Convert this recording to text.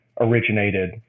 originated